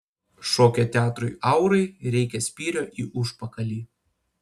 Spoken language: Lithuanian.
šokio teatrui aurai reikia spyrio į užpakalį